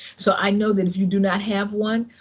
so i know that if you do not have one,